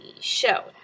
show